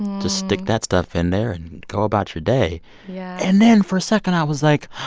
just stick that stuff in there and go about your day yeah and then for a second i was like,